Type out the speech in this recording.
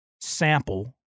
sample